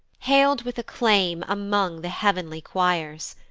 hail'd with acclaim among the heav'nly choirs,